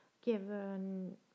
given